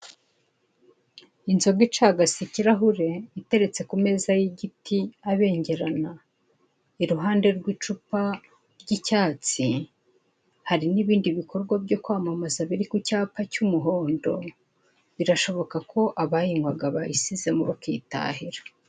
Inzoga icagase ikirahure iteretse iteretse ku meza y'igiti abengerana, iruhande rw'icupa ry'icyatsi hari n'ibindi bikorwa byo kwamamaza biri ku cyapa cy'umuhondo, birashoboka ko abayinywaga bayisizemo bakitahira.